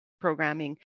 programming